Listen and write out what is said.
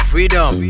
Freedom